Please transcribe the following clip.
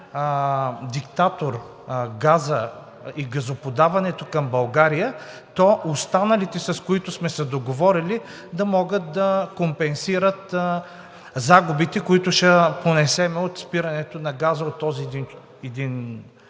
диктатор газа и газоподаването към България, то останалите, с които сме се договорили, да могат да компенсират загубите, които ще понесем от спирането на газа от този един